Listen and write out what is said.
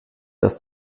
das